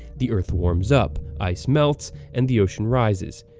the earth warms up, ice melts, and the ocean rises.